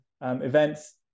events